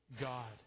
God